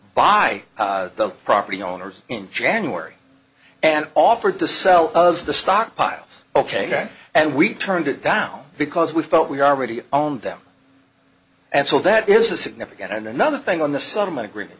by the property owners in january and offered to sell the stockpiles ok and we turned it down because we felt we already owned them and so that is a significant and another thing on the settlement agreement